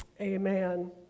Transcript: Amen